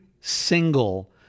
single